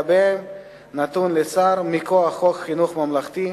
שלגביהם נתון לשר, מכוח חוק חינוך ממלכתי,